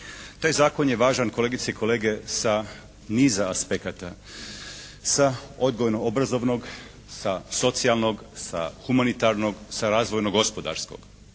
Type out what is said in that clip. Taj zakon je važan kolegice i kolege sa niza aspekta – sa odgojno obrazovnog, sa socijalnog, sa humanitarnog, sa razvojno gospodarskog.